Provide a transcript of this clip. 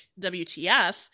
WTF